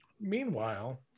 meanwhile